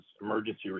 emergency